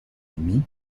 ennemis